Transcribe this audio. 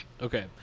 Okay